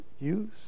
use